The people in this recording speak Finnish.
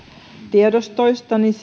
tiedostoista